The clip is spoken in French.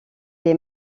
les